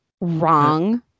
Wrong